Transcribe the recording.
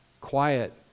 quiet